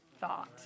thought